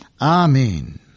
Amen